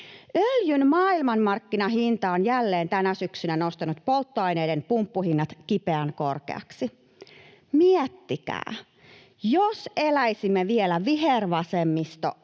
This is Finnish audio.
Öljyn maailmanmarkkinahinta on jälleen tänä syksynä nostanut polttoaineiden pumppuhinnat kipeän korkeiksi. Miettikää: jos eläisimme vielä vihervasemmistohallituksen